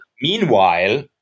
meanwhile